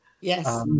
Yes